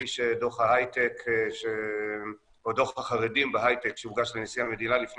כפי שדו"ח החרדים בהייטק שהוגש לנשיא המדינה לפני